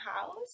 house